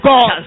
God